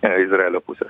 izraelio pusės